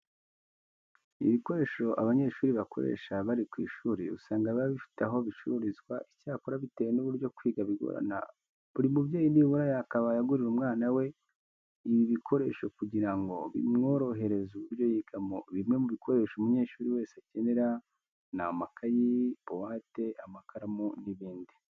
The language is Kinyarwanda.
Ibikoresho abanyeshuri bakoresha bari ku ishuri usanga biba bifite aho bicururizwa icyakora bitewe n'uburyo kwiga bigorana, buri mubyeyi nibura yakabaye agurira umwana we ibi bikoresho kugira ngo bimworohereze uburyo yigagamo. Bimwe mu bikoresho umunyeshuri wese akenera ni amakayi, buwate, amakaramu n'ibindi.